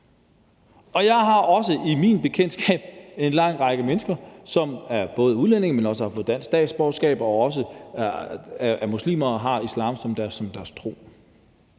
og jeg har også i min bekendtskabskreds en lang række mennesker, som er udlændinge, men som har fået dansk statsborgerskab og også er muslimer og har islam som deres tro.